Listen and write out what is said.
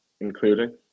including